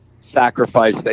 sacrifice